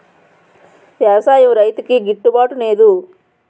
వ్యవసాయం రైతుకి గిట్టు బాటునేదు